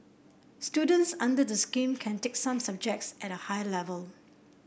students under the scheme can take some subjects at higher level